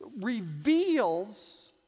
reveals